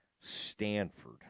Stanford